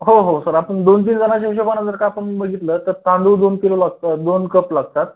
हो हो सर आपण दोन तीन जणाच्या हिशोबाने जर का आपण बघितलं तर तांदूळ दोन किलो लागतात दोन कप लागतात